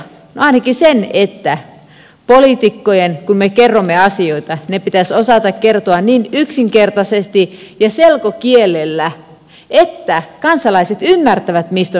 no ainakin se että poliitikkojen kun me kerromme asioita pitäisi osata kertoa ne niin yksinkertaisesti ja selkokielellä että kansalaiset ymmärtävät mistä on kyse